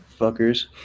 fuckers